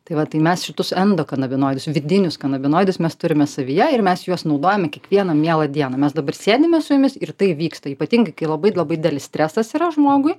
tai vat tai mes šitus endokanabinoidus vidinius kanabinoidus mes turime savyje ir mes juos naudojame kiekvieną mielą dieną mes dabar sėdime su jumis ir tai vyksta ypatingai kai labai labai didelis stresas yra žmogui